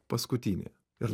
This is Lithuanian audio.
paskutinė ir